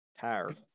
Tire